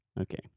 okay